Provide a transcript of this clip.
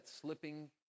slipping